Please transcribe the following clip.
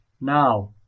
Now